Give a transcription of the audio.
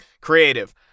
creative